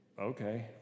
okay